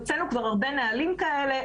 הוצאנו כבר הרבה נהלים כאלה,